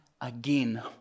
again